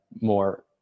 more